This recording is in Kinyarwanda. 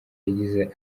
yagize